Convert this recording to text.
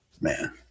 man